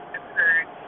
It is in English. occurred